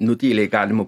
nu tyliai galima